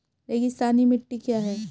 रेगिस्तानी मिट्टी क्या है?